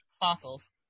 fossils